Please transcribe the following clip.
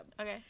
Okay